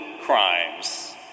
crimes